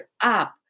up